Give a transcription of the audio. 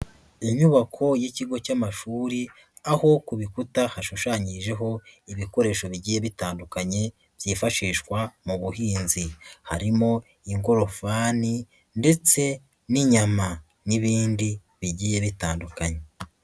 Inyubako y'ikigo cy'amashuri aho ku bikuta hashushanyijeho ibikoresho bigiye bitandukanye byifashishwa mu buhinzi, harimo ingorofani ndetse n'inyama n'ibindi bigiye bitandukanye.